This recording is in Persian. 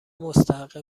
مستحق